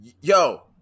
yo